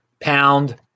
Pound